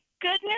goodness